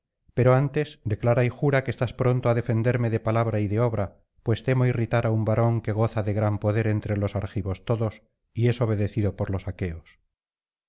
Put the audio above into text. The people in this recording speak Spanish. pero antes declara y jura que estás pronto á defenderme de palabra y de obra pues temo irritar á un varón que goza de gran poder entre los argivos todos y es obedecido por los aqueos